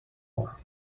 more